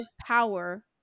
Power